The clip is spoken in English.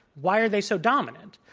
why are they so dominant?